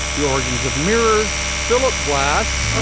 the origins of mirrors philip glass